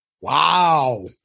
Wow